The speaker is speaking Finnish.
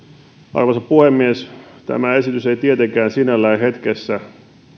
arvoisa puhemies tämä esitys ei tietenkään sinällään hetkessä